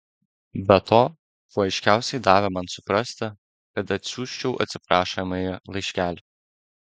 be to kuo aiškiausiai davė man suprasti kad atsiųsčiau atsiprašomąjį laiškelį